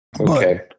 Okay